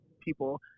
people